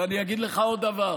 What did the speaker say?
ואני אגיד לך עוד דבר: